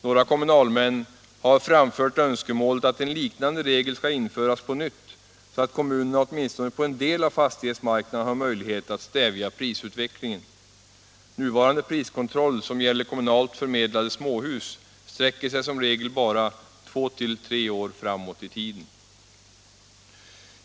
Några kommunalmän har framfört önskemålet att en liknande regel skall införas på nytt så att kommunerna åtminstone på en del av fastighetsmarknaden har möjlighet att stävja prisutvecklingen. Nuvarande priskontroll, som gäller kommunalt förmedlade småhus, sträcker sig som regel bara två till tre år framåt i tiden.